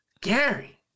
Gary